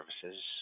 services